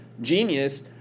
genius